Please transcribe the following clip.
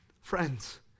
Friends